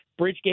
Bridgegate